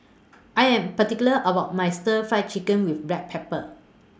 I Am particular about My Stir Fry Chicken with Black Pepper